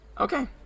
Okay